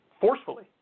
forcefully